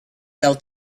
sell